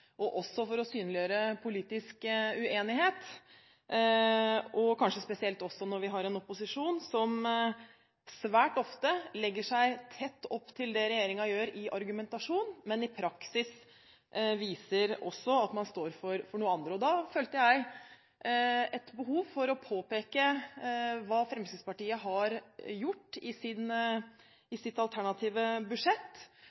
og for å synliggjøre politisk uenighet – kanskje spesielt når vi har en opposisjon som svært ofte legger seg tett opptil regjeringen i argumentasjon, men i praksis viser at den står for noe annet. Da følte jeg et behov for å påpeke hva Fremskrittspartiet har gjort i